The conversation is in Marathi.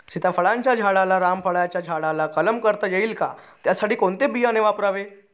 सीताफळाच्या झाडाला रामफळाच्या झाडाचा कलम करता येईल का, त्यासाठी कोणते बियाणे वापरावे?